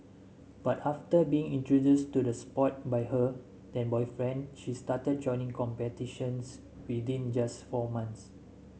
but after being introduced to the sport by her then boyfriend she started joining competitions within just four months